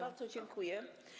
Bardzo dziękuję.